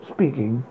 Speaking